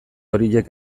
horiek